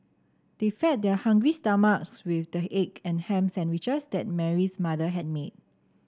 they fed their hungry stomachs with the egg and ham sandwiches that Mary's mother had made